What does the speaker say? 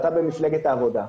אתה במפלגת העבודה,